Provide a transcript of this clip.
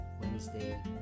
Wednesday